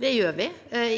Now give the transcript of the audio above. Det gjør vi,